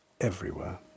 everywhere